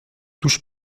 touche